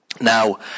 now